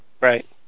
Right